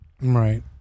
Right